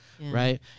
right